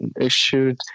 issued